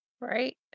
Right